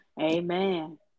Amen